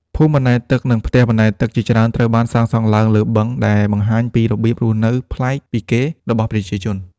ភូមិអណ្តែតទឹក និងផ្ទះបណ្តែតទឹកជាច្រើនត្រូវបានសង់ឡើងលើបឹង ដែលបង្ហាញពីរបៀបរស់នៅប្លែកពីគេរបស់ប្រជាជន។